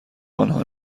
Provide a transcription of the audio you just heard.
آنها